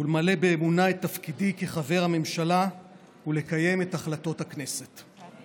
למלא באמונה את תפקידי כחבר הממשלה ולקיים את החלטות הכנסת.